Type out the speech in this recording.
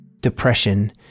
depression